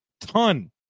Ton